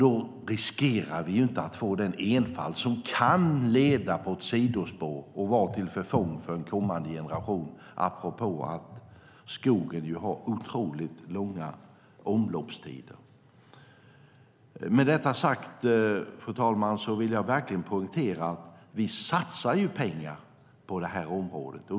Då riskerar vi inte att få den ensidighet som kan leda oss på ett sidospår och vara till förfång för kommande generationer, apropå att skogen ju har otroligt långa omloppstider. Med detta sagt, fru talman, vill jag verkligen poängtera att vi satsar pengar på det här området.